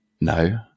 no